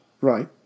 Right